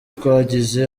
twagize